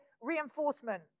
reinforcement